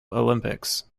olympics